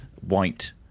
white